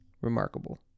remarkable